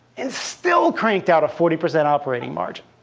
and still cranked out a forty percent operating margin.